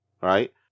right